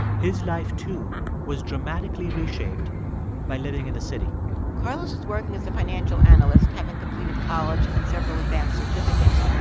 his life, too, was dramatically reshaped by living in the city carlos was working as a financial analyst, having completed college and several advanced certificates.